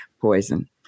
poison